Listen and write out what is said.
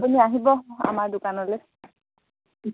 আপুনি আহিব আমাৰ দোকানলৈ